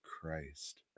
Christ